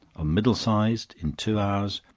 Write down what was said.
a middle sized in two hours,